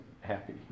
happy